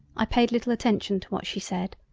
i paid little attention to what she said,